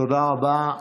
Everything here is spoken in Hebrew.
תודה רבה.